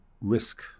risk